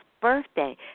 birthday